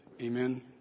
Amen